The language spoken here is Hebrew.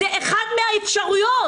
זו אחת מהאפשרויות.